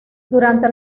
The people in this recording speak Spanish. durante